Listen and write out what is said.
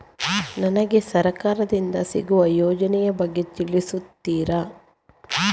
ನನಗೆ ಸರ್ಕಾರ ದಿಂದ ಸಿಗುವ ಯೋಜನೆ ಯ ಬಗ್ಗೆ ತಿಳಿಸುತ್ತೀರಾ?